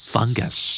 Fungus